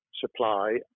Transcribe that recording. supply